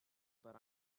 but